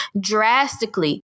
drastically